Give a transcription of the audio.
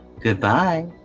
goodbye